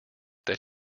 that